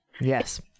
Yes